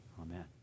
Amen